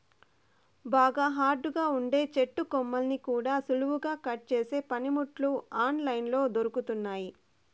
బాగా హార్డ్ గా ఉండే చెట్టు కొమ్మల్ని కూడా సులువుగా కట్ చేసే పనిముట్లు ఆన్ లైన్ లో దొరుకుతున్నయ్యి